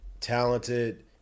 talented